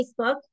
Facebook